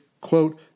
quote